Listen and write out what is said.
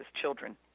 children